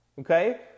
okay